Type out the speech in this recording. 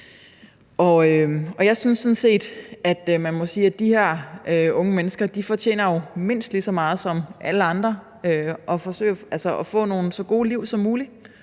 at man må sige, at de her unge mennesker fortjener mindst lige så meget som alle andre at få så gode liv som muligt.